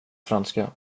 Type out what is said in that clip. franska